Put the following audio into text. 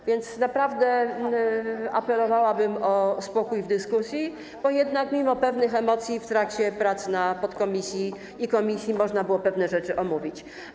A więc naprawdę apelowałabym o spokój w dyskusji, bo jednak mimo pewnych emocji w trakcie prac w podkomisji i komisji można było pewne rzeczy omówić.